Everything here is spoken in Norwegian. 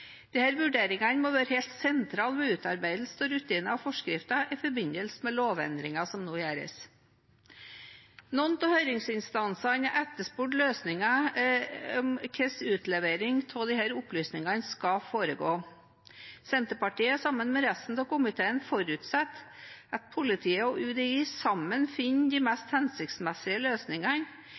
vurderingene må være helt sentrale ved utarbeidelse av rutiner og forskrifter i forbindelse med lovendringen som nå gjøres. Noen av høringsinstansene har etterspurt med hvilke løsninger utlevering av disse opplysningene skal foregå. Senterpartiet forutsetter sammen med resten av komiteen at politiet og UDI sammen finner de mest hensiktsmessige løsningene,